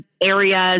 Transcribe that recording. areas